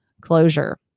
closure